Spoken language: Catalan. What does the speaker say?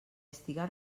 estiga